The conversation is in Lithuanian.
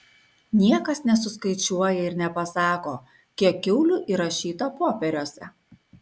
niekas nesuskaičiuoja ir nepasako kiek kiaulių įrašyta popieriuose